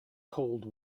cold